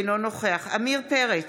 אינו נוכח עמיר פרץ,